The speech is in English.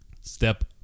step